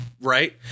right